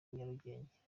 nyarugenge